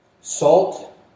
Salt